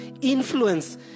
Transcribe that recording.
influence